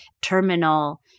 terminal